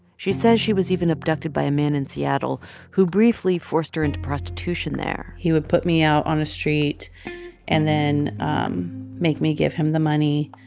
she says she was even abducted by a man in seattle who briefly forced her into prostitution there he would put me out on a street and then um make me give him the money.